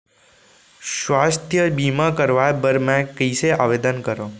स्वास्थ्य बीमा करवाय बर मैं कइसे आवेदन करव?